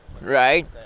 right